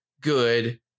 good